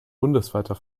bundesweiter